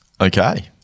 Okay